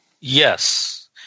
Yes